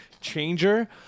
changer